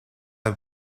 del